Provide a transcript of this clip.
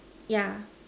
yeah